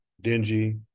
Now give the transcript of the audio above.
dingy